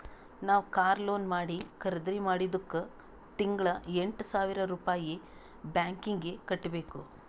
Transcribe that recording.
ನಾವ್ car loan ಮಾಡಿ ಖರ್ದಿ ಮಾಡಿದ್ದುಕ್ ತಿಂಗಳಾ ಎಂಟ್ ಸಾವಿರ್ ರುಪಾಯಿ ಬ್ಯಾಂಕೀಗಿ ಕಟ್ಟಬೇಕ್